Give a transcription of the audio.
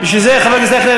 חבר הכנסת אייכלר,